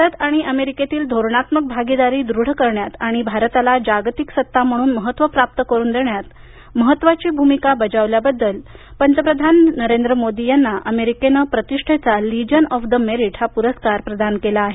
भारत आणि अमेरिकेतील धोरणात्मक भागीदारी दृढ करण्यात आणि भारताला जागतिक सत्ता म्हणून महत्त्व प्राप्त करून देण्यात महत्वाची भूमिका बजावल्याबद्दल पंतप्रधान नरेंद्र मोदी यांना अमेरिकेने प्रतिष्ठेचा लिजन ऑफ द मेरीट हा पुरस्कार प्रदान केला आहे